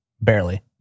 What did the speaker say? Barely